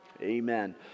Amen